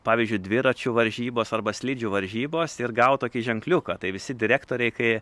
pavyzdžiui dviračių varžybos arba slidžių varžybos ir gaut tokį ženkliuką tai visi direktoriai kai